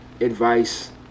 advice